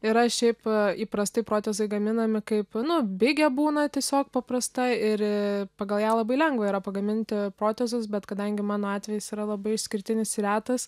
yra šiaip įprastai protezai gaminami kaip nu bigė būna tiesiog paprasta ir pagal ją labai lengva yra pagaminti protezus bet kadangi mano atvejis yra labai išskirtinis retas